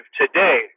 today